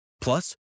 Plus